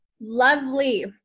Lovely